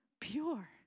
pure